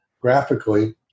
graphically